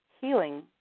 healing